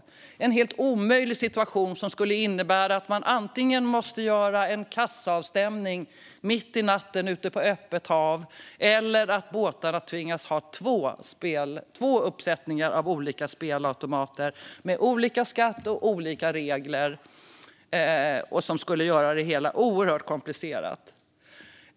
Det är en helt omöjlig situation, som skulle innebära att man antingen måste göra en kassaavstämning mitt i natten ute på öppet hav eller att båtarna tvingas ha två uppsättningar spelautomater med olika skatt och olika regler. Det skulle göra det hela oerhört komplicerat.